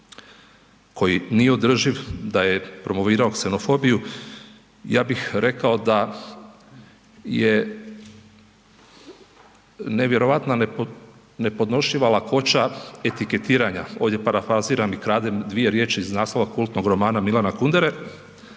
koji nije održiv, da je promovirao ksenofobiju, ja bih rekao da je nevjerojatna nepodnošljiva lakoća etiketiranja, ovdje parafraziram i kradem iz znanstveno kultnog romana Milana Kundere,